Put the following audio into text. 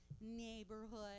neighborhood